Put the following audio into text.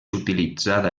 utilitzada